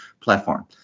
platform